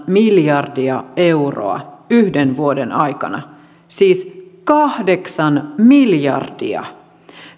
miljardia euroa yhden vuoden aikana siis kahdeksan miljardia